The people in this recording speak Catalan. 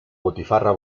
botifarra